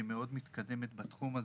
שהיא מאוד מתקדמת בתחום הזה.